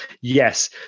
yes